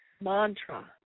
mantra